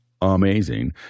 amazing